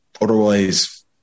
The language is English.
otherwise